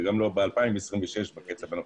וגם לא 2026, בקצב הנוכחי.